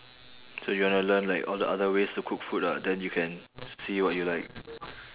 so you wanna learn like all the other ways to cook food lah then you can see what you like